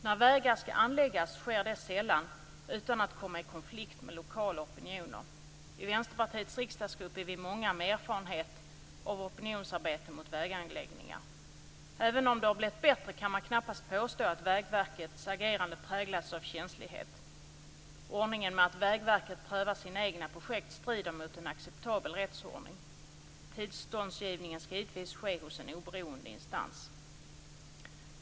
När vägar skall anläggas sker det sällan utan att man kommer i konflikt med lokala opinioner. I Vänsterpartiets riksdagsgrupp är vi många med erfarenhet av opinionsarbete mot väganläggningar. Även om det har blivit bättre kan man knappast påstå att Vägverkets agerande präglats av känslighet. Ordningen att Vägverket prövar sina egna projekt strider mot en acceptabel rättsordning. Tillståndsgivningen skall givetvis ske hos en oberoende instans.